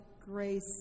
grace